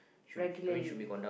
regularly